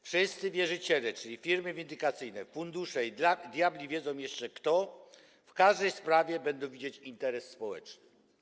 Wszyscy wierzyciele, czyli firmy windykacyjne, fundusze i diabli wiedzą kto jeszcze, w każdej sprawie będą widzieć interes społeczny.